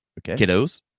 kiddos